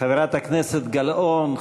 חברת הכנסת גלאון.